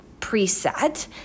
preset